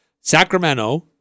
Sacramento